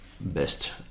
best